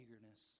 eagerness